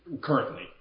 currently